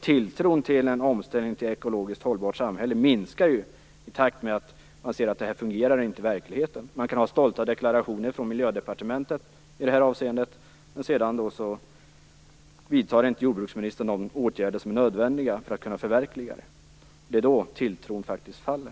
Tilltron till en omställning till ett ekologiskt hållbart samhälle minskar ju i takt med att man ser att det inte fungerar i verkligheten. Miljödepartementet kan avge stolta deklarationer i det här avseendet, men sedan vidtar inte jordbruksministern de åtgärder som är nödvändiga för att kunna förverkliga det. Det är då tilltron faller.